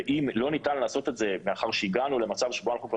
ואם לא ניתן לעשות את זה מאחר שהגענו למצב שבו אנחנו כבר